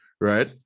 right